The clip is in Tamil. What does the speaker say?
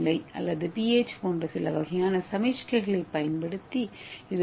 வெப்பநிலை அல்லது pH போன்ற சில வகையான சமிக்ஞைகளைப் பயன்படுத்தி திறக்கப்பட்டது